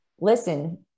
listen